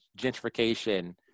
gentrification